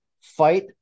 fight